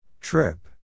Trip